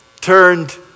Turned